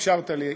שאפשרת לי.